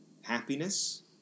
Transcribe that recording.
happiness